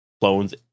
clones